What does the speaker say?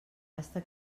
basta